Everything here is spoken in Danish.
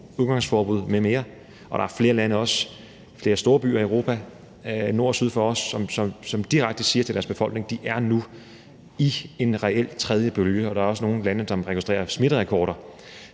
udgangsforbud m.m. Der er også flere lande og flere storbyer i Europa, nord for os og syd for os, hvor de direkte siger til deres befolkninger, at de nu reelt er i en tredje bølge. Og der er også nogle lande, som registrerer smitterekorder.